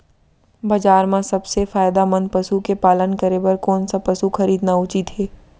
बजार म सबसे फायदामंद पसु के पालन करे बर कोन स पसु खरीदना उचित हे?